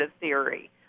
theory